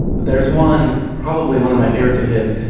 there's one probably one of my favorites of his,